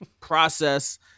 Process